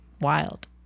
wild